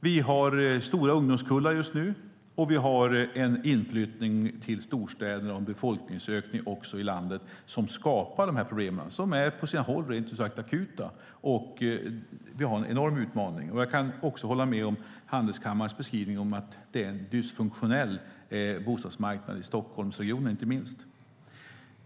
Vi har stora ungdomskullar just nu, vi har en inflyttning till storstäderna och vi har en befolkningsökning i landet som skapar dessa problem, som på sina håll är rent ut sagt akuta. Vi har en enorm utmaning. Jag kan också hålla med om Handelskammarens beskrivning att det är en dysfunktionell bostadsmarknad i Stockholmsregionen inte minst.